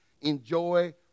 Enjoy